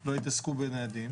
לא יתעסקו בניידים.